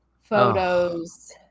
photos